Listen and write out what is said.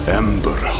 ember